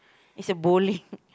is a bowling